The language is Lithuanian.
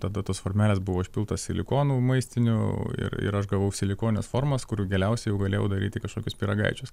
tada tos formelės buvo užpiltos silikonu maistiniu ir ir aš gavau silikonines formas kurių galiausiai jau galėjau daryti kažkokius pyragaičius